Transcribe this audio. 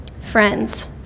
friends